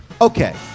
Okay